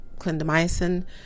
clindamycin